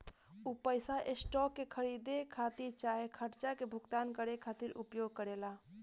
उ पइसा स्टॉक के खरीदे खातिर चाहे खर्चा के भुगतान करे खातिर उपयोग करेला